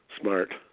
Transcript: smart